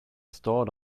store